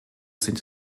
sind